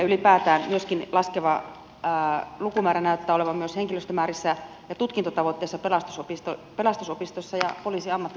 ylipäätään myöskin laskeva lukumäärä näyttää olevan myös henkilöstömäärissä ja tutkintotavoitteissa pelastusopistossa ja poliisiammattikorkeakoulussa